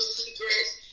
secrets